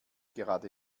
gerade